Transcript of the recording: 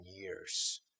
years